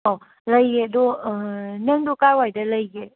ꯑꯣ ꯂꯩꯌꯦ ꯑꯗꯣ ꯅꯪꯗꯣ ꯀꯥꯏ ꯋꯥꯏꯗ ꯂꯩꯒꯦ